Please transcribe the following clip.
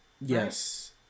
yes